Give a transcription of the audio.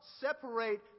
separate